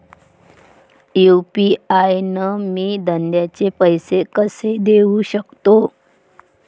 UPI न मी धंद्याचे पैसे कसे देऊ सकतो?